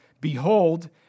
behold